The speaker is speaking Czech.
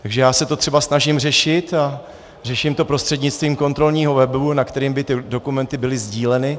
Takže já se to třeba snažím řešit a řeším to prostřednictvím kontrolního webu, na kterém by ty dokumenty byly sdíleny.